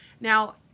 Now